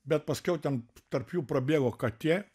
bet paskiau ten tarp jų prabėgo katė